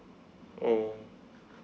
oh